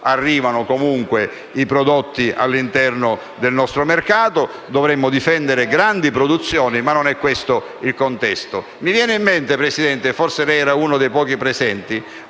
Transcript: arrivano comunque all'interno del nostro mercato) e dovremmo difendere le grandi produzioni; ma non è questo il contesto. Mi viene in mente, signor Presidente (forse lei era uno dei pochi presenti